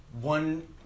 One